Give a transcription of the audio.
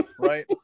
Right